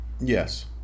Yes